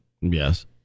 Yes